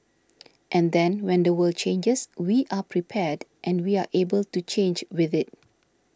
and then when the world changes we are prepared and we are able to change with it